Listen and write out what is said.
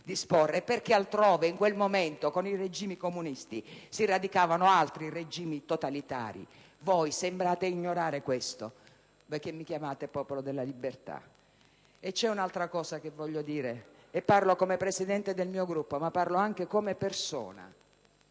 perché altrove, in quel momento, con i regimi comunisti si radicavano altri regimi totalitari. Voi sembrate ignorare questo, benché vi chiamiate Popolo della Libertà. Vorrei aggiungere un'altra cosa, e parlo come presidente del mio Gruppo ma anche come persona.